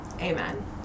amen